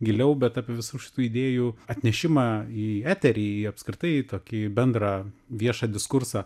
giliau bet apie visų šitų idėjų atnešimą į eterį apskritai į tokį bendrą viešą diskursą